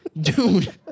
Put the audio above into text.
dude